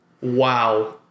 Wow